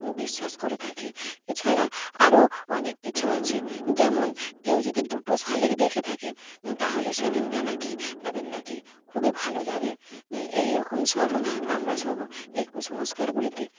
বিশ্বাস করে থাকি এছাড়া আরও অনেক কিছু আছে যেমন কেউ যদি দুটো শালিক দেখে থাকি তাহলে সেদিনটা না কি তাদের না কি খুবই ভালো যাবে এইরকম সব আমরা সব এই কুসংস্কারগুলিতে